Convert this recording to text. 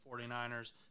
49ers